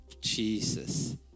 Jesus